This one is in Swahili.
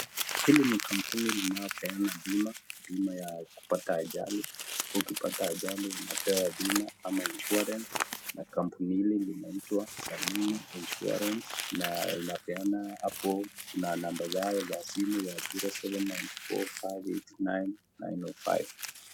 Hili ni kampuni linalopeana bima, bima ya kupata ajali. Ukipata ajali unapewa bima ama insurance , na kampuni hili linaitwa Shamini Insurance na inapeana hapo namba zao ya simu 0794589905.